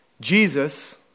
Jesus